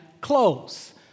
close